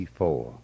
four